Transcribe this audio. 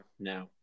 now